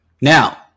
Now